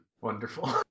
Wonderful